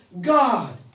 God